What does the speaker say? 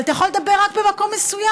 אבל אתה יכול לדבר רק במקום מסוים,